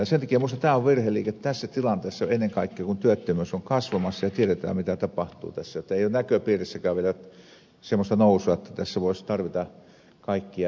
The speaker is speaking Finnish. sen takia minusta tämä on virheliike tässä tilanteessa ennen kaikkea kun työttömyys on kasvamassa ja tiedetään mitä tapahtuu eikä ole näköpiirissäkään vielä semmoista nousua jotta tässä voisi tarvita kaikkia ihmisiä töihin